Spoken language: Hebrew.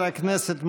הכנסת מרגי.